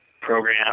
program